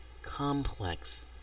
complex